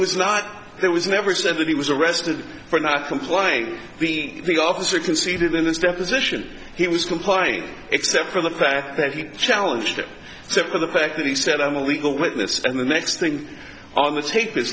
was not there was never said that he was arrested for not complying the officer conceded in this deposition he was complying except for the fact that he challenged cept for the fact that he said i'm a legal witness and the next thing on the tape is